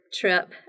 trip